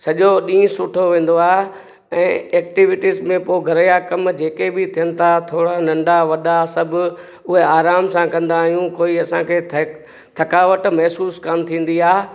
सॼो ॾींहुं सुठो वेंदो आहे ऐं एक्टविटीस में पोइ घर जा कमु जेके बि थियनि था थोरा नंढा वॾा सभु उहे आराम सां कंदा आहियूं कोई असांखे थे थकावट महिसूसु कान थींदी आहे